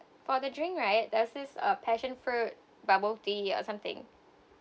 for the drink right there's this uh passion fruit bubble tea or something